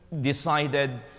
decided